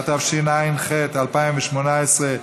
התשע"ח 2018,